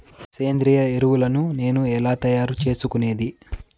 సేంద్రియ ఎరువులని నేను ఎలా తయారు చేసుకునేది?